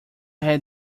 had